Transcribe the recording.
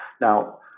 Now